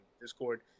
Discord